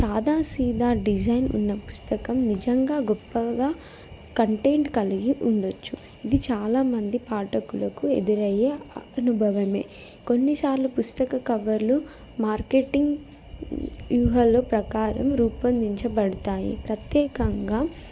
సాాదా సీదా డిజైన్ ఉన్న పుస్తకం నిజంగా గొప్పగా కంటెంట్ కలిగి ఉండచ్చు ఇది చాలామంది పాఠకులకు ఎదురయ్యే అనుభవమే కొన్నిసార్లు పుస్తక కవర్లు మార్కెటింగ్ వ్యూహాలో ప్రకారం రూపొందించబడతాయి ప్రత్యేకంగా